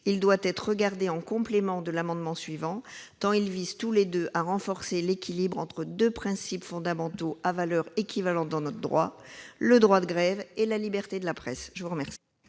Cet amendement est complémentaire de l'amendement suivant, tant ils visent tous les deux à renforcer l'équilibre entre deux principes fondamentaux à valeur équivalente dans notre droit : le droit de grève et la liberté de la presse. Quel